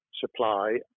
supply